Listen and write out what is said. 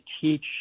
teach